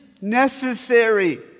necessary